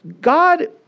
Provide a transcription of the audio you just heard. God